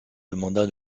demanda